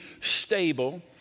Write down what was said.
stable